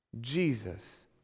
Jesus